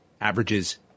averages